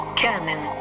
cannon